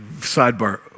sidebar